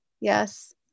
Yes